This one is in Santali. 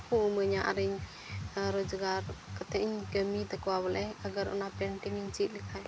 ᱠᱚ ᱤᱢᱟᱹᱧᱟ ᱟᱨ ᱤᱧ ᱨᱳᱡᱽᱜᱟᱨ ᱠᱟᱛᱮᱫ ᱤᱧ ᱠᱟᱹᱢᱤ ᱛᱟᱠᱚᱣᱟ ᱵᱚᱞᱮ ᱟᱜᱟᱨ ᱚᱱᱟ ᱯᱮᱱᱴᱤᱝ ᱤᱧ ᱪᱮᱫ ᱞᱮᱠᱷᱟᱱ